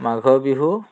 মাঘৰ বিহু